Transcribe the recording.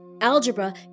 Algebra